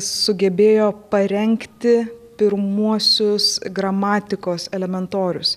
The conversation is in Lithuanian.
sugebėjo parengti pirmuosius gramatikos elementorius